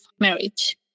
marriage